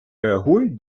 реагують